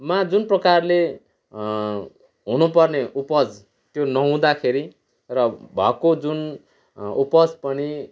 मा जुन प्रकारले हुनुपर्ने उपज त्यो नहुँदाखेरि र भएको जुन उपज पनि